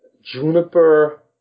juniper